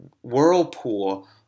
whirlpool